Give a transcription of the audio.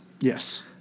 Yes